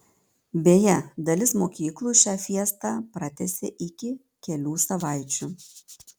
beje dalis mokyklų šią fiestą pratęsė iki kelių savaičių